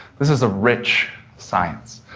this is a rich science.